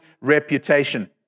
reputation